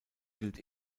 gilt